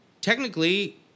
technically